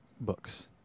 books